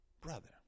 brother